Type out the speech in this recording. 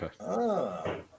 okay